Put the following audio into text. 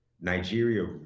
Nigeria